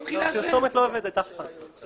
פרסומת, מתחיל לעשן.